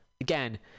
again